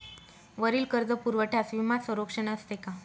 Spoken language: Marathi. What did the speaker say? वरील कर्जपुरवठ्यास विमा संरक्षण असते का?